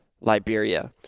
Liberia